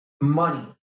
money